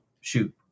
shoot